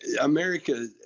America